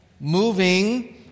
moving